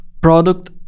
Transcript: product